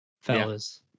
fellas